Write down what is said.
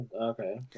Okay